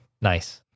Nice